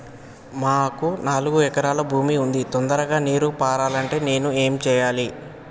మాకు నాలుగు ఎకరాల భూమి ఉంది, తొందరగా నీరు పారాలంటే నేను ఏం చెయ్యాలే?